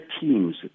teams